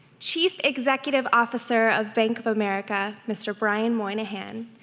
chief executive officer of bank of america, mr. brian moynihan,